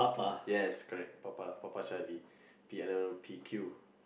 yes correct papa papa Charlie P N N O P Q